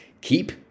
keep